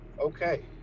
Okay